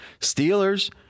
Steelers